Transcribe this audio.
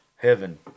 Heaven